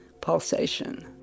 pulsation